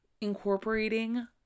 incorporating